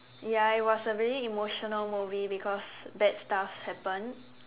ya it was a very emotional movie because bad stuff happened